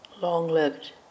long-lived